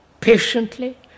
patiently